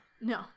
No